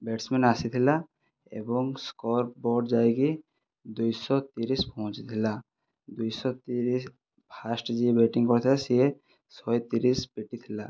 batsman ଆସିଥିଲା ଏବଂ score board ଯାଇକି ଦୁଇଶହ ତିରିଶ ପହଞ୍ଚିଥିଲା ଦୁଇଶହ ତିରିଶ ଫାଷ୍ଟ ଯିଏ ବ୍ୟାଟିଂ କରିଥିଲା ସିଏ ଶହେ ତିରିଶ ପିଟିଥିଲା